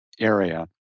area